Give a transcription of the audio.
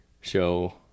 show